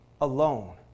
alone